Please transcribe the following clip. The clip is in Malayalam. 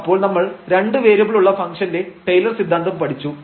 അപ്പോൾ നമ്മൾ രണ്ട് വേരിയബിൾ ഉള്ള ഫംഗ്ഷന്റെ ടൈലർ സിദ്ധാന്തം പഠിച്ചു